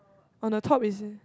on the top is